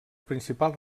principals